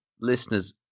Listeners